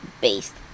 based